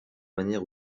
manière